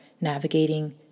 navigating